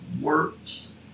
works